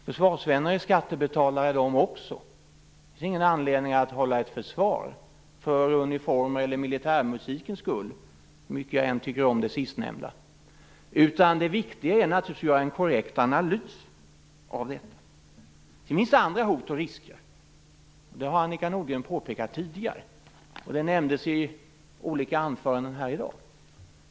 Försvarsvänner är skattebetalare de också. Det finns ingen anledning att hålla sig med ett försvar för uniformernas eller militärmusikens skull, hur mycket jag än tycker om det sistnämnda. Det viktiga är naturligtvis att göra en korrekt analys av detta. Sedan finns det andra hot och risker, som Annika Nordgren tidigare påpekat. Det har också nämnts i olika anföranden här i dag.